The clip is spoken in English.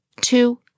Two